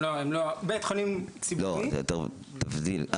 בית חולים ציבורי --- תבדיל,